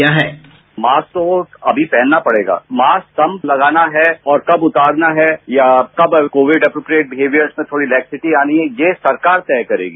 bite mask तो अभी पहनना पड़ेगा मास्क कब लगाना है और कब उतारना है या कब कोविड एप्रोप्रिएट बिहेवियर में थोड़ी रिलेक्सिटी आनी है ये सरकार तय करेगी